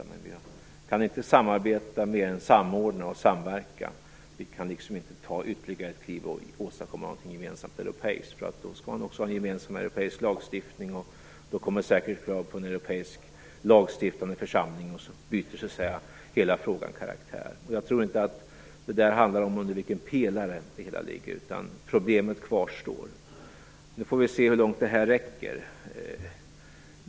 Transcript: Men vi kan inte samarbeta mer än genom samordning och samverkan. Vi kan inte ta ytterligare ett kliv och åstadkomma något gemensamt europeiskt. Då skall man också ha gemensam europeisk lagstiftning, då kommer säkert krav på en europeisk lagstiftande församling, och så byter hela frågan karaktär. Jag tror inte att det handlar om under vilken pelare det hela ligger; problemet kvarstår ändå. Nu får vi se hur långt det här räcker.